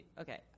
Okay